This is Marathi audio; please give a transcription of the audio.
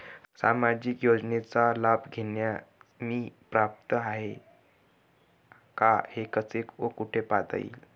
सामाजिक योजनेचा लाभ घेण्यास मी पात्र आहे का हे कसे व कुठे पाहता येईल?